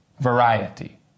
variety